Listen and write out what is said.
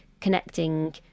connecting